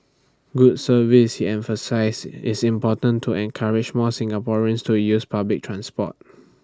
good service he emphasised is important to encourage more Singaporeans to use public transport